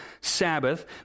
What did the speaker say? Sabbath